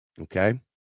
okay